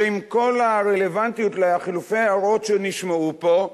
שעם כל הרלוונטיות לחילופי ההערות שנשמעו פה,